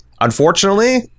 Unfortunately